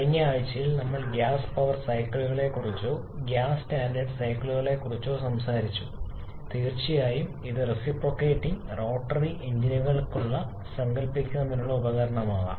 കഴിഞ്ഞ ആഴ്ചയിൽ നമ്മൾ ഗ്യാസ് പവർ സൈക്കിളുകളെക്കുറിച്ചോ ഗ്യാസ് സ്റ്റാൻഡേർഡ് സൈക്കിളുകളെക്കുറിച്ചോ സംസാരിച്ചു തീർച്ചയായും ഇത് റെസിപ്രോക്കേറ്റിംഗ് റോട്ടറി എഞ്ചിനുകൾക്കുമായി സങ്കൽപിക്കുന്നതിനുള്ള ഉപകരണമാകാം